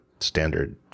standard